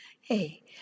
Hey